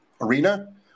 arena